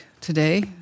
today